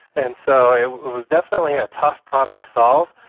and so it was definitely a tough problem to solve,